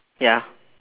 ya